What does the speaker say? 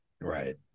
Right